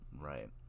right